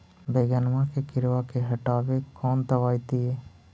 बैगनमा के किड़बा के हटाबे कौन दवाई दीए?